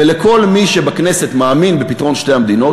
ולכל מי שבכנסת שמאמין בפתרון שתי המדינות,